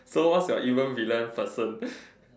so what's your evil villain person